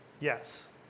Yes